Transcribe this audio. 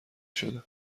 شده